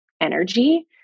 energy